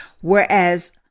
Whereas